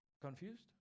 Confused